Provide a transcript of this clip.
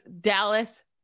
Dallas